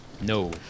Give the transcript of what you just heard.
No